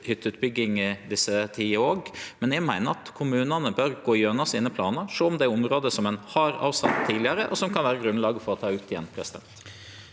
hytteutbygging i desse tider. Men eg meiner at kommunane bør gå gjennom sine planar og sjå om det er område som ein har sett av tidlegare, og som det kan vere grunnlag for å ta ut igjen. Presidenten